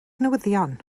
newyddion